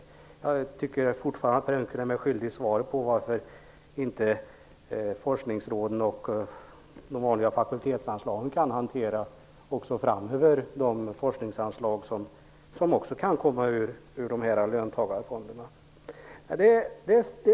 Jag tycker fortfarande att Per Unckel är skyldig mig svaret på frågan varför man inte via forskningsråden och de vanliga fakultetsanslagen också framöver kan hantera de forskningsanslag som kan komma att tas även ur löntagarfonderna.